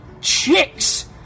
chicks